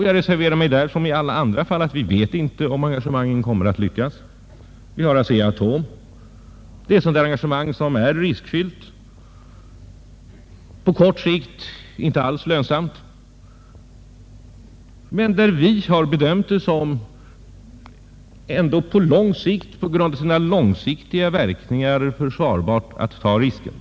Jag reserverar mig där som i alla andra fall för att vi inte vet om engagemangen kommer att lyckas. Vi har ASEA-ATOM -— det är ett engagemang som är riskfyllt men där vi bedömt saken så att det med hänsyn till de långsiktiga verkningarna är försvarbart att ta risken.